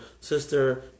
Sister